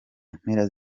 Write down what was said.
mpera